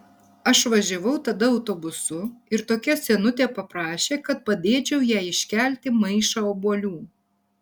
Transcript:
aš važiavau tada autobusu ir tokia senutė paprašė kad padėčiau jai iškelti maišą obuolių